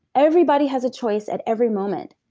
everybody has a choice at every moment.